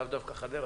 לאו דווקא חדרה,